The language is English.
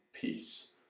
peace